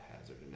hazard